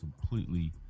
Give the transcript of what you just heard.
completely